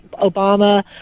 obama